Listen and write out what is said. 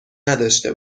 نداشته